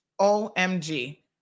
OMG